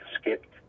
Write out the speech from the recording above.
skipped